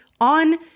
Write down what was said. on